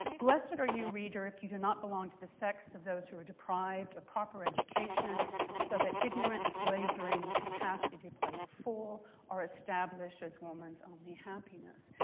blessed are you, reader, if you do not belong to the sex of those who are deprived a proper education so that ignorance, slavery, and the capacity to play the fool are established as woman's only happiness.